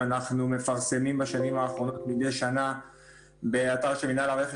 אנחנו מפרסמים בשנים האחרונות מדי שנה באתר של מינהל הרכש